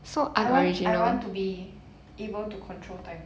I want I want to be able to control time